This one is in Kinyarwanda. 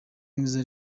mwiza